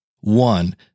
one